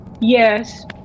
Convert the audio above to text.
Yes